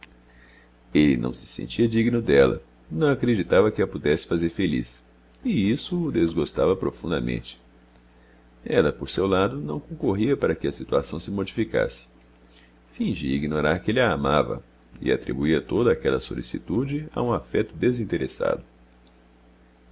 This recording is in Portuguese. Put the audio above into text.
ele não se sentia digno dela não acreditava que a pudesse fazer feliz e isso o desgostava profundamente ela por seu lado não concorria para que a situação se modificasse fingia ignorar que ele a amava e atribuía toda aquela solicitude a um afeto desinteressado